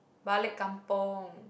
balik kampung